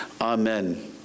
Amen